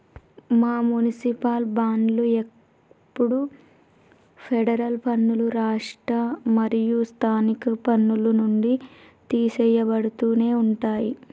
ఈ మునిసిపాల్ బాండ్లు ఎప్పుడు ఫెడరల్ పన్నులు, రాష్ట్ర మరియు స్థానిక పన్నుల నుంచి తీసెయ్యబడుతునే ఉంటాయి